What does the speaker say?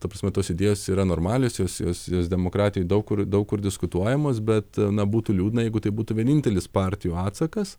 ta prasme tos idėjos yra normalios jos jos demokratijoj daug kur daug kur diskutuojamos bet na būtų liūdna jeigu tai būtų vienintelis partijų atsakas